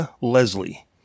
Leslie